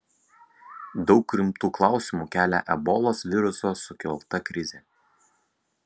daug rimtų klausimų kelia ebolos viruso sukelta krizė